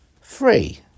Free